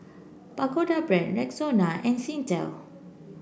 Pagoda Brand Rexona and Singtel